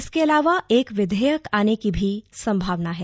इसके अलावा एक विधेयक आने की भी संभावना है